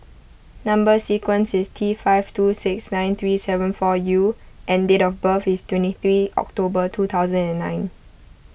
Number Sequence is T five two six nine three seven four U and date of birth is twenty three October two thousand and nine